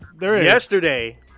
yesterday